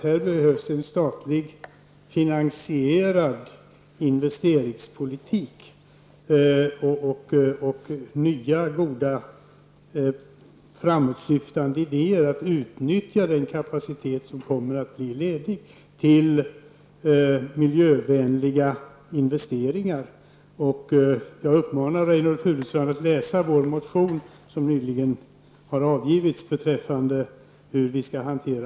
Här behövs en statligt finansierad investeringspolik och nya goda framåtsyftande idéer om hur man skall utnyttja den kapacitet som kommer att bli ledig till miljövänliga investeringar. Jag uppmanar Reynoldh Furustrand att läsa vår motion som nyligen har avgivits beträffande hur vi skall hantera